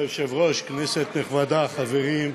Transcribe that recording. אדוני היושב-ראש, כנסת נכבדה, חברים,